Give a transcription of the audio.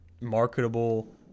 marketable